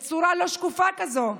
בצורה לא שקופה כזאת?